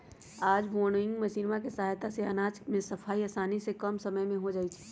आज विन्नोइंग मशीनवा के सहायता से अनाज के सफाई आसानी से कम समय में हो जाहई